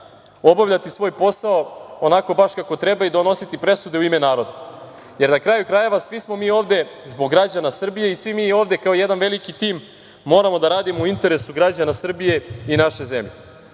obavljati svoj posao onako kako treba, i donositi presude u ime naroda. Na kraju krajeva, svi smo ovde zbog građana Srbije i svi mi ovde kao jedan veliki tim moramo da radimo u interesu građana Srbije, i naše zemlje,